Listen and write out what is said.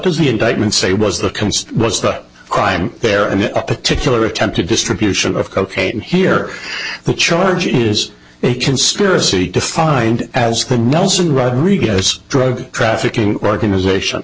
does the indictment say was the comes was the crime there and a particular attempt a distribution of cocaine here the charge is a conspiracy defined as the nelson rodriguez drug trafficking organization